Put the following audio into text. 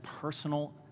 personal